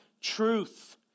truth